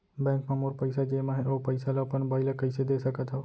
Bank म मोर पइसा जेमा हे, ओ पइसा ला अपन बाई ला कइसे दे सकत हव?